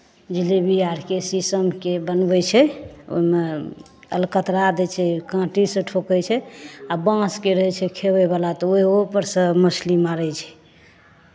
जिलेबी आरके शीशमके बनबै छै ओहिमे अलकतरा दै छै काँटीसँ ठोकै छै आ बाँसके रहै छै खेबयवला तऽ ओहि ओहोपर सँ मछली मारै छै